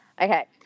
Okay